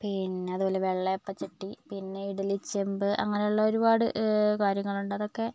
പിന്ന അതുപോലെ വെള്ളയപ്പച്ചട്ടി പിന്നെ ഇഡലി ചെമ്പ് അങ്ങനെയുള്ള ഒരുപാട് കാര്യങ്ങളുണ്ട് അതൊക്കെ